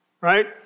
right